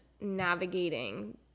navigating